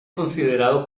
considerado